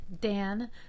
Dan